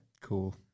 Cool